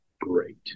great